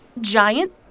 giant